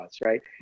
right